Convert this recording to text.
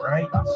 Right